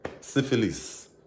syphilis